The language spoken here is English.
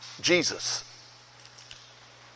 Jesus